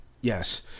Yes